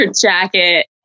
jacket